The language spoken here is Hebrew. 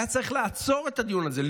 היה צריך לעצור את הדיון הזה,